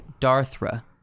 Darthra